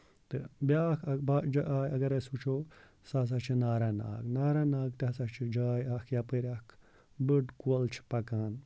تہٕ بیاکھ اکھ جاے اَگر أسۍ وٕچھو سُہ ہسا چھُ ناراناگ نارانگ تہِ ہسا چھِ جاے اکھ یَپٲرۍ اکھ بٔڑ کۄل چھِ پَکان